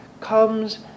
comes